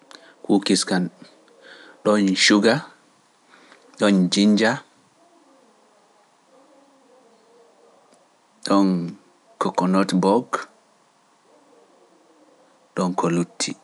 Kukis kan, ɗoon Suga, ɗoon Jinja, ɗoon Kokonot Bog, ɗoon ko Lutti.